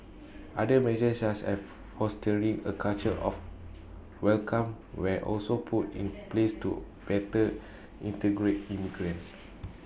other measures such as fostering A culture of welcome were also put in place to better integrate immigrants